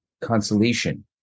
consolation